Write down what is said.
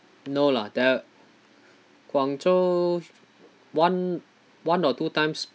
no lah the guangzhou one one or two times